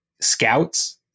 scouts